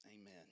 Amen